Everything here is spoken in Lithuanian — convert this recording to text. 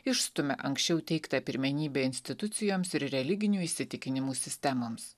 išstumia anksčiau teiktą pirmenybę institucijoms ir religinių įsitikinimų sistemoms